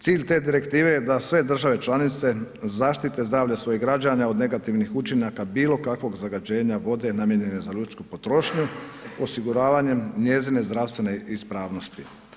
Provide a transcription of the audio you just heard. Cilj te direktive je da sve države članice zaštite zdravlje svojih građana od negativnih učinaka bilokakvog zagađenja vode namijenjene za ljudsku potrošnju osiguravanjem njezine zdravstvene ispravnosti.